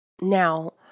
Now